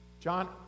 John